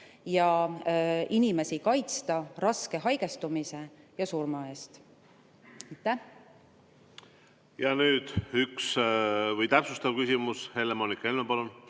ja inimesi kaitsta raske haigestumise ja surma eest. Nüüd täpsustav küsimus. Helle-Moonika Helme, palun!